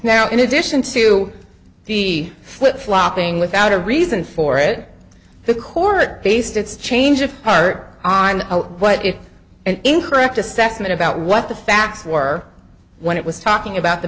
now in addition to the flip flopping without a reason for it the court based its change of heart on what is an incorrect assessment about what the facts were when it was talking about the